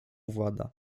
włada